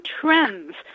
trends